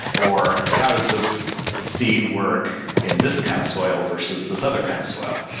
or how does this seed work in this kind of soil versus this other kind of soil?